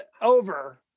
over